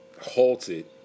halted